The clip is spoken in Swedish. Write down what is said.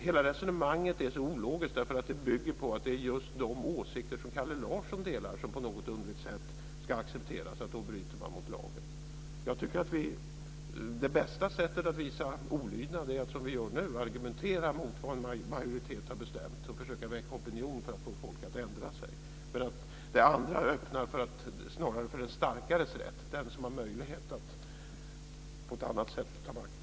Hela resonemanget är ologiskt eftersom det bygger på att det är just de åsikter som Kalle Larsson delar som på något underligt sätt ska accepteras då det gäller att bryta mot lagen. Jag tycker att det bästa sättet att visa olydnad är att, som vi gör nu, argumentera mot vad en majoritet har bestämt och försöka väcka opinion för att få folk att ändra sig. Det andra öppnar snarare för den starkares rätt, rätten för den som har möjlighet att på ett annat sätt ta makten.